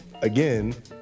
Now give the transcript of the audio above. again